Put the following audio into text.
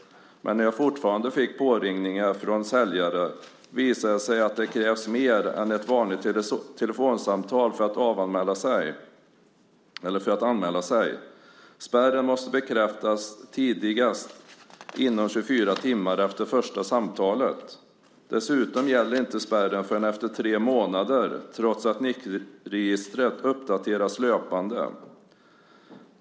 Men när jag fortsatt fick påringningar visade det sig att det krävs mer än ett vanligt telefonsamtal för att anmäla sig till registret. Spärren måste bekräftas tidigast inom 24 timmar efter första samtalet. Dessutom gäller inte spärren förrän efter tre månader trots att Nixregistret löpande uppdateras.